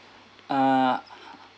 ah